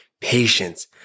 patience